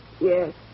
Yes